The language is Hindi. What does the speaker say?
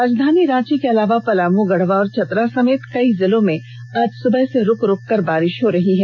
राजधानी रांची के अलावा पलामू गढ़वा और चतरा समेत कई जिलों में आज सुबह से रूक रूक कर बारिष हो रही है